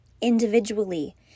individually